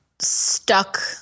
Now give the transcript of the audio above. stuck